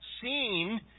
seen